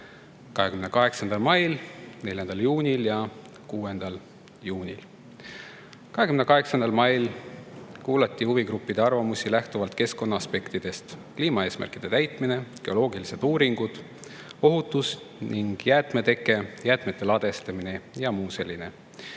28. mail, 4. juunil ja 6. juunil. 28. mail kuulati huvigruppide arvamusi lähtuvalt keskkonnaaspektidest: kliimaeesmärkide täitmine, geoloogilised uuringud, ohutus ning jäätmeteke, jäätmete ladestamine ja muu selline.